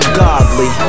godly